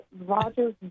Roger's